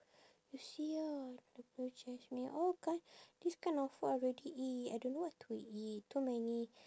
you see ah the Blue Jasmine all kind this kind of food I already eat I don't know what to eat too many